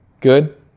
good